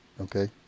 okay